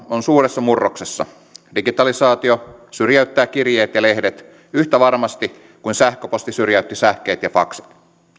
on suuressa murroksessa digitalisaatio syrjäyttää kirjeet ja lehdet yhtä varmasti kuin sähköposti syrjäytti sähkeet ja faksit